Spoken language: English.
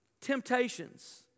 Temptations